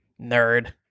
Nerd